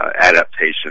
Adaptation